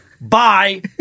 bye